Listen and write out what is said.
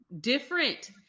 different